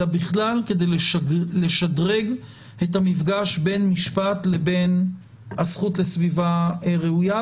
אלא בכלל כדי לשדרג את המפגש בין משפט לבין הזכות לסביבה ראויה.